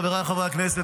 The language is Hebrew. חבריי חברי הכנסת,